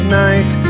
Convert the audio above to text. night